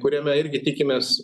kuriame irgi tikimės